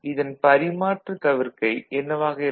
இதன் பரிமாற்றுத் தவிர்க்கை என்னவாக இருக்கும்